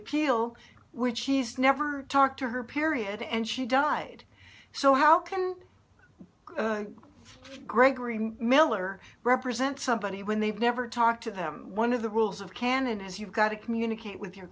appeal which she's never talked to her period and she died so how can a gregory miller represent somebody when they've never talked to them one of the rules of canon is you've got to communicate with your